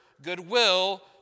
Goodwill